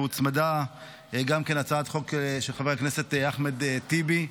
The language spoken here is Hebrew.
והוצמדה גם הצעת חוק של חבר הכנסת אחמד טיבי.